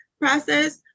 process